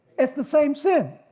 its the same sin,